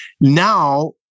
Now